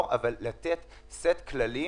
לתת סט כללים,